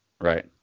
Right